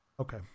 Okay